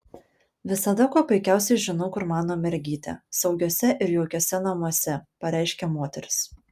visada kuo puikiausiai žinau kur mano mergytė saugiuose ir jaukiuose namuose pareiškė moteris